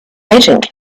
agent